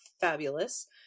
fabulous